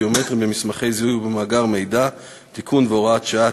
ביומטריים במסמכי זיהוי ובמאגר מידע (תיקון והוראת שעה),